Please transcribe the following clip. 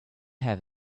have